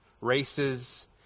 races